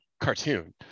cartoon